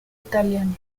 italiano